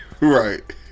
Right